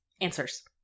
Answers